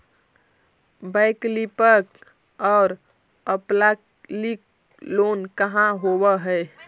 वैकल्पिक और अल्पकालिक लोन का होव हइ?